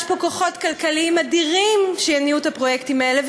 יש פה כוחות כלכליים אדירים שהניעו את הפרויקטים האלה,